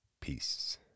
Peace